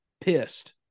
pissed